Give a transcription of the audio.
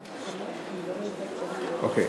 אוקיי,